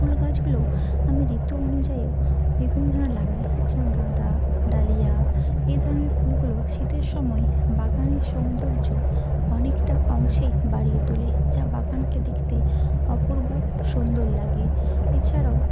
ফুল গাছগুলোও আমি ঋতু অনুযায়ীও বিভিন্ন ধরনের লাগাই যেমন গাঁদা ডালিয়া এই ধরনের ফুলগুলো শীতের সময় বাগানের সৌন্দর্য অনেকটা অংশেই বাড়িয়ে তোলে যা বাগানকে দেখতে অপূর্ব সুন্দর লাগে এছাড়াও